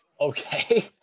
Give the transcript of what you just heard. Okay